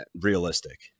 realistic